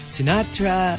Sinatra